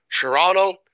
Toronto